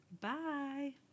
Bye